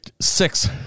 six